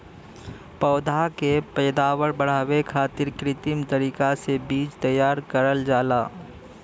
पौधा क पैदावार बढ़ावे खातिर कृत्रिम तरीका से बीज तैयार करल जाला